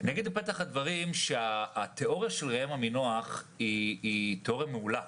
אגיד בפתח הדברים שהתיאוריה של ראם עמינח היא תיאוריה מעולה,